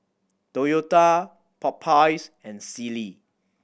Toyota Popeyes and Sealy